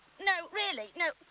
no, really, no.